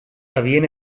havien